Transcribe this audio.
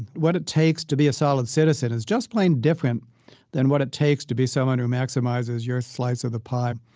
what it takes to be a solid citizen is just plain different than what it takes to be someone who maximizes your slice of the pie.